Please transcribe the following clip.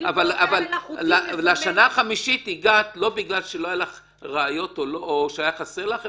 אבל לשנה החמישית הגעת לא בגלל שלא היו לך ראיות או שהיה חסר לך,